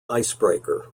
icebreaker